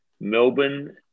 Melbourne